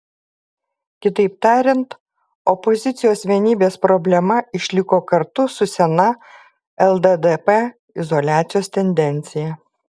kitaip tariant opozicijos vienybės problema išliko kartu su sena lddp izoliacijos tendencija